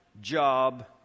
job